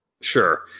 Sure